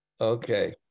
Okay